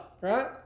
right